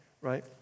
right